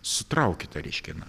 sutraukyta reiškia na